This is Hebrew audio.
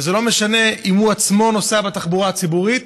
וזה לא משנה אם הוא עצמו נוסע בתחבורה הציבורית